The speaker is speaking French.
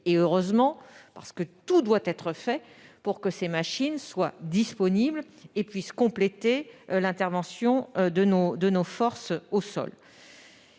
Heureusement, car tout doit être fait pour que ces appareils soient disponibles pour compléter l'intervention de nos forces au sol.